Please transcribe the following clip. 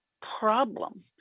problem